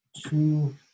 two